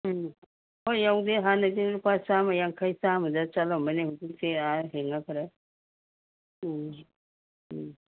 ꯎꯝ ꯍꯣꯏ ꯌꯧꯗꯦ ꯍꯥꯟꯅꯗꯤ ꯂꯨꯄꯥ ꯆꯥꯝꯃꯥꯌꯥꯡꯈꯩ ꯆꯥꯝꯃꯗ ꯆꯠꯂꯝꯕꯅꯦ ꯍꯧꯖꯤꯛꯇꯤ ꯑꯥ ꯍꯦꯟꯒꯠꯈꯔꯦ ꯎꯝ ꯎꯝ